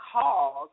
cause